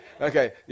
Okay